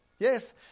Yes